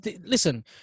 listen